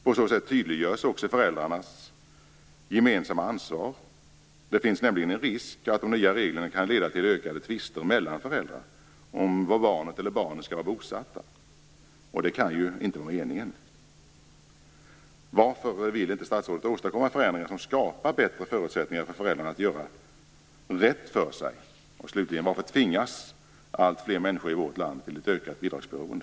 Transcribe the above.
På så sätt tydliggörs föräldrarnas gemensamma ansvar. Det finns nämligen en risk att de nya reglerna kan leda till ökade tvister mellan föräldrar om var barnen skall vara bosatta. Det kan inte vara meningen. Varför vill inte statsrådet åstadkomma förändringar som skapar bättre förutsättningar för föräldrarna att göra rätt för sig? Slutligen: Varför tvingas alltfler människor i vårt land till ett ökat bidragsberoende?